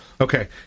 Okay